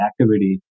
activity